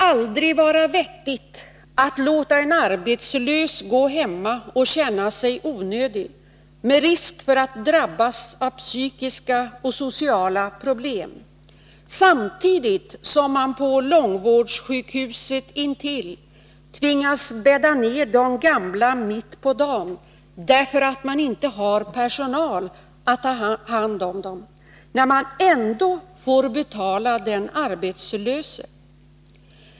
aldrig vara vettigt att låta en arbetslös gå hemma och känna sig onödig, med risk för att vederbörande drabbas av psykiska och sociala problem, samtidigt som man på långvårdssjukhuset intill tvingas bädda ner de gamla mitt på dagen därför att man inte har tillräckligt med personal för att ta hand om dem — när man ändå får betala den arbetslöse.